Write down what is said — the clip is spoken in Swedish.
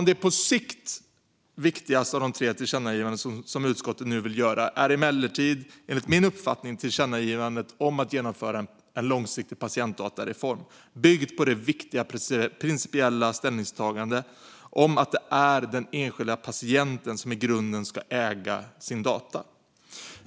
Det på sikt viktigaste av de tre tillkännagivanden som utskottet nu vill göra är emellertid, enligt min uppfattning, tillkännagivandet om att genomföra en långsiktig patientdatareform byggd på det viktiga principiella ställningstagandet att det är den enskilda patienten som i grunden ska äga sina data.